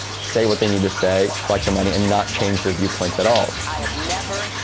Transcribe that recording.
say what they need to say, collect the money, and not change their viewpoints at all. i have never,